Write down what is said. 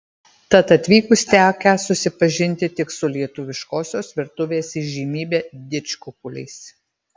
tad atvykus tekę susipažinti tik su lietuviškosios virtuvės įžymybe didžkukuliais